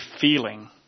feeling